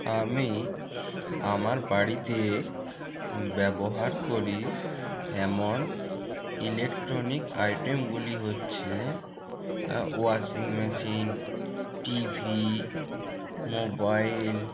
আমি আমার বাড়িতে ব্যবহার করি এমন ইলেকট্রনিক আইটেমগুলি হচ্ছে ওয়াশিং মেশিন টিভি মোবাইল